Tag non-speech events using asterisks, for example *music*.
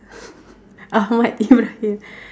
*laughs* ahmad-ibrahim